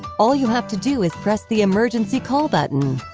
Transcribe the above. all you have to do is press the emergency call button.